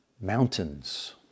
mountains